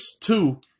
two